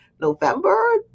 November